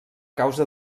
causa